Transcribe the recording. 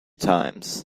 times